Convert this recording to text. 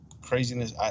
craziness